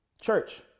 Church